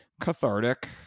cathartic